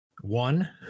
One